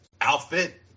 outfit